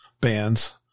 bands